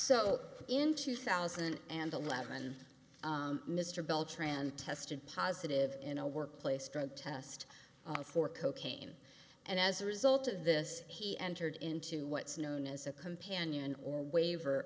so in two thousand and eleven mr bell tran tested positive in a workplace drug test for cocaine and as a result of this he entered into what's known as a companion or waiver